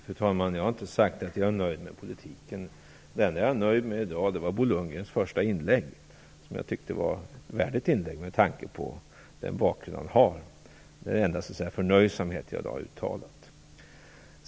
Fru talman! Jag har inte sagt att jag är nöjd med politiken. Det enda som jag är nöjd med i dag är Bo Lundgrens första inlägg, som jag tyckte var ett värdigt inlägg med tanke på den bakgrund som han har. Det är den enda förnöjsamhet som jag i dag har uttalat.